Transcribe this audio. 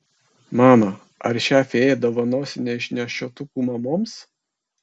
mama ar šią fėją dovanosi neišnešiotukų mamoms